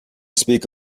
speak